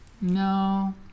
No